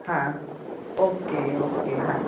હા okay okay હા